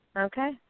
Okay